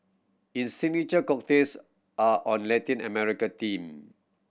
its signature cocktails are on Latin American theme